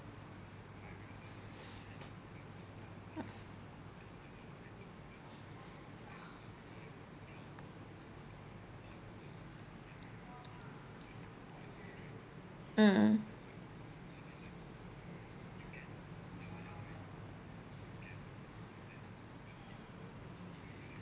mm